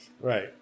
Right